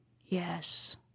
yes